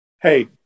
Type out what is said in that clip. hey